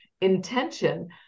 intention